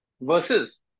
Versus